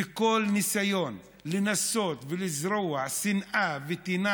וכל ניסיון לנסות ולזרוע שנאה וטינה